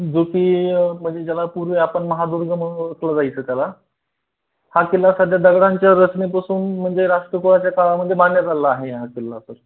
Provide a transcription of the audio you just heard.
जो की म्हणजे ज्याला पूर्वी आपण महादुर्ग म्हणून ओळखलं जायचं त्याला हा किल्ला सध्या दगडांच्या रचनेपासून म्हणजे राष्ट्रकुटाच्या काळामध्ये बांधाला चाल्ला आहे हा किल्ला सर